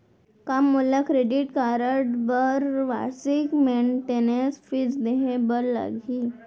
का मोला credit card बर वार्षिक मेंटेनेंस फीस देहे बर लागही?